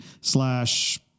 slash